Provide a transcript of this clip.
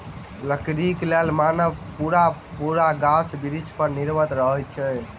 लकड़ीक लेल मानव पूरा पूरी गाछ बिरिछ पर निर्भर रहैत अछि